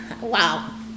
Wow